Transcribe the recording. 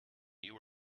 you